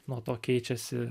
nuo to keičiasi